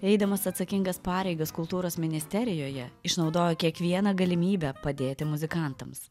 eidamas atsakingas pareigas kultūros ministerijoje išnaudojo kiekvieną galimybę padėti muzikantams